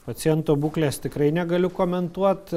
paciento būklės tikrai negaliu komentuot